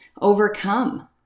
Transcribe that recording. overcome